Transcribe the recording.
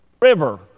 River